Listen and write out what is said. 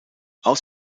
aus